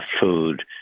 food